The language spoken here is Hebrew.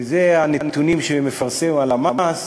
וזה הנתונים שמפרסמת הלמ"ס